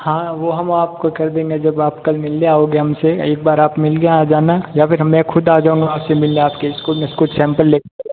हाँ वो हम आपको कर देंगे जब आप कल मिलने आओगे हमसे एक बार आप मिलने आ जाना या फिर मैं खुद आ जाऊंगा आपसे मिलने आपके स्कुल कुछ सेम्पल लेके